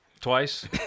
twice